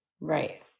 right